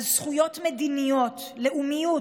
על זכויות מדיניות, לאומיות,